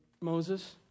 Moses